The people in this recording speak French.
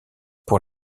pour